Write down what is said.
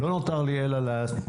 לא נותר לי אלא להסכים.